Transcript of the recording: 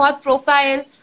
profile